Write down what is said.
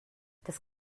das